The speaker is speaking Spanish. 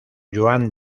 joan